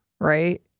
right